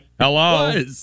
hello